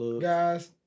Guys